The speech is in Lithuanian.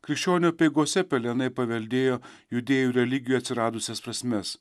krikščionių apeigose pelenai paveldėjo judėjų religijoje atsiradusias prasmes